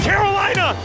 Carolina